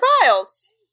files